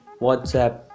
WhatsApp